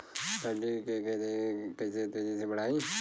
सब्जी के खेती के कइसे तेजी से बढ़ाई?